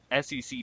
SEC